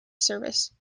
service